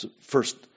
first